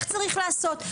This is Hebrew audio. איך צריך לעשות,